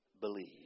believe